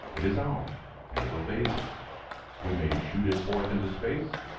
it is ours and it obeys us we may shoot it forth into space,